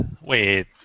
Wait